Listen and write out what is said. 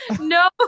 no